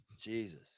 Jesus